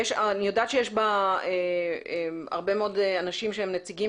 אני יודעת שיש הרבה מאוד אנשים שהם נציגים